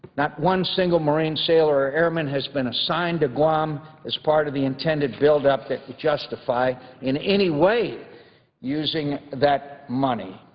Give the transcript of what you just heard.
not one single marine, sailor, or airmen has been assigned to guam as part of the intended buildup that would justify in any way using that money.